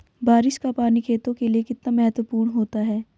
बारिश का पानी खेतों के लिये कितना महत्वपूर्ण होता है?